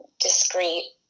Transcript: discreet